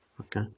okay